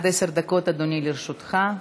עד עשר דקות, אדוני, לרשותך.